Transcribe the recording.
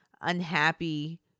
unhappy